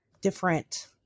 different